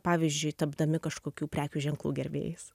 pavyzdžiui tapdami kažkokių prekių ženklų gerbėjais